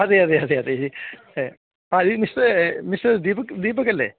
അതെയതെ അതെയതെ ആ മിസ്റ്റർ മിസ്റ്റർ ദീപക്ക് ദീപക്കല്ലേ